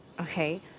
Okay